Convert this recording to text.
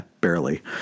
barely